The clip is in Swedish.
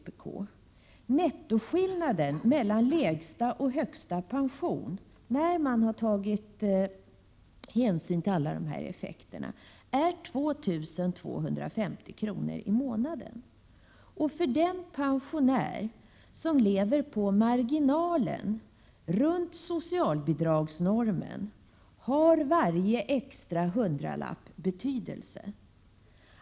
Nettoskillnaden mellan lägsta och högsta pension, när man har tagit hänsyn till alla dessa effekter, är 2 250 kr. i månaden. För den pensionär som lever på marginalen, runt socialbidragsnormen, har varje extra hundralapp betydelse.